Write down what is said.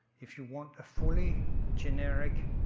if you want a fully generic.